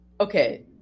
Okay